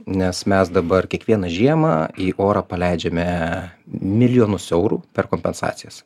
nes mes dabar kiekvieną žiemą į orą paleidžiame milijonus eurų per kompensacijas